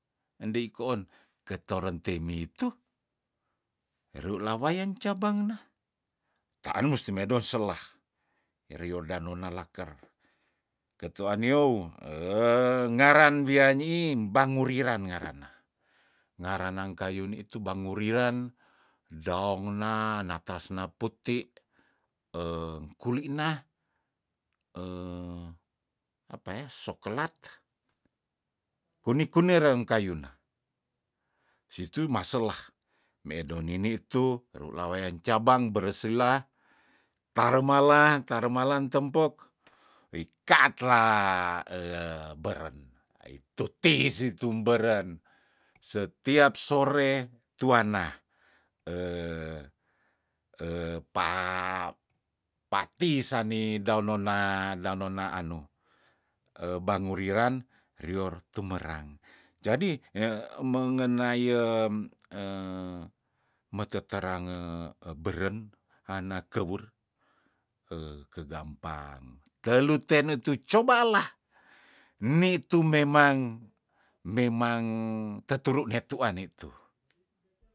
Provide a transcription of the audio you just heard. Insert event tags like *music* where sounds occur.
Endei koon ketoron teimitu rula wayang cabang nah taan mustu medon selah irio danoda laker ketuan neou eng ngaran wianiih banguriran ngarana ngaranang kayu nitu banguriran daong nan natas neputi eng kuli na *hesitation* apaeh soklat kuni kunereng kayuna situ masela medo nini tu rula wayang cabang bersilah taremalah taremalan tempok wikatlah *hesitation* beren aituti situmberen setiap sore tuanna *hesitation* pa pati sane daon nona dan nona anu ebanguriran rior tumerang jadi e mengenaiem em meteterange ehberen hanakeur eh kegampang telu teunu coba alah nitu memang memang teturu netuan nitu